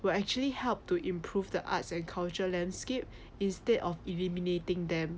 will actually help to improve the arts and cultural landscape instead of eliminating them